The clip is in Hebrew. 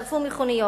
שרפו מכוניות,